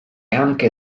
anche